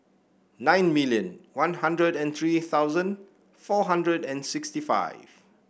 nine million One Hundred and three thousand four hundred and sixty five